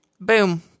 Boom